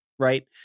right